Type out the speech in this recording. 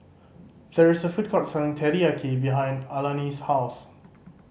there is a food court selling Teriyaki behind Alani's house